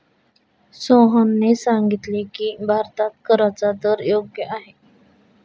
सोहनने सांगितले की, भारतात कराचा दर योग्य आहे